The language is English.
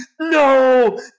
No